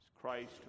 Christ